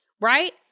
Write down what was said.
right